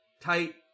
Tight